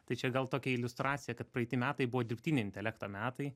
tai čia gal tokia iliustracija kad praeiti metai buvo dirbtinio intelekto metai